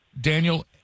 Daniel